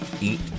eat